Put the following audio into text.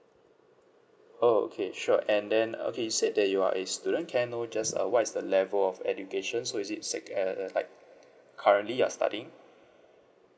orh okay sure and then okay you said that you are a student can I know just uh what is the level of education so is it sec~ uh uh like currently you are studying